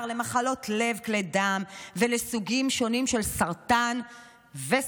למחלות לב וכלי דם ולסוגים שונים של סרטן וסוכרת.